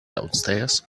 downstairs